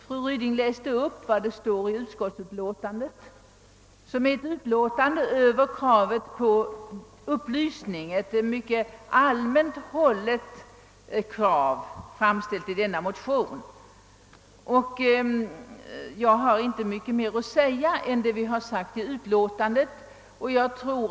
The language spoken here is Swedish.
Fru Ryding läste upp vad som står i utskottsutlåtandet, som behandlar det mycket allmänt hållna krav på upplysning som är framställt i motionen. Jag har inte mycket mer att tillägga utöver vad som har anförts i utlåtandet.